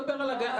אני לא מדבר על זה.